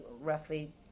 roughly